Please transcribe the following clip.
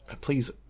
please